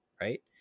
right